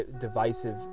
divisive